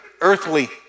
earthly